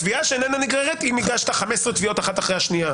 בתביעה שאיננה נגררת אם הגשת תביעות בזו אחר זו.